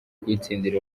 kuyitsindira